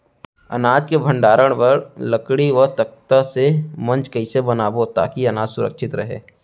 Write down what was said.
अनाज के भण्डारण बर लकड़ी व तख्ता से मंच कैसे बनाबो ताकि अनाज सुरक्षित रहे?